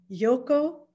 Yoko